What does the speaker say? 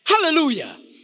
Hallelujah